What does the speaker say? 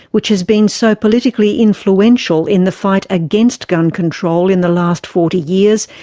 which has been so politically influential in the fight against gun control in the last forty years,